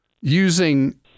using